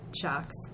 shocks